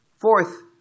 Fourth